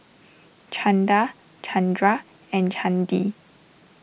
Chanda Chandra and Chandi